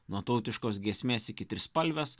nuo tautiškos giesmės iki trispalvės